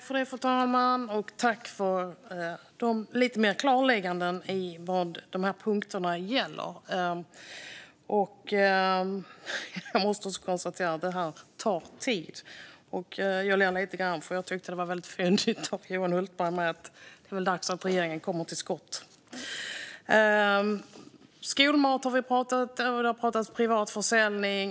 Fru talman! Tack, ministern, för lite mer klarlägganden av vad dessa punkter gäller. Jag måste också konstatera att detta tar tid. Jag ler lite grann, för jag tyckte att det var väldigt fyndigt av Johan Hultberg att säga att det är dags att regeringen kommer till skott. Vi har pratat om skolmat och om privat försäljning.